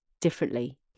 differently